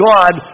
God